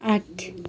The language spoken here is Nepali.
आठ